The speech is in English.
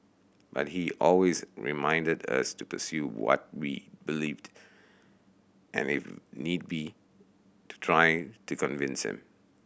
but he always reminded us to pursue what we believed and if need be to try to convince him